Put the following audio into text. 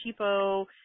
cheapo